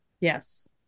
Yes